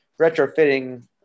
retrofitting